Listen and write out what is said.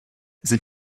sind